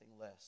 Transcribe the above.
less